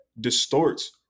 distorts